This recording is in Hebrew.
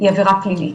היא עבירה פלילית.